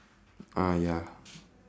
ah ya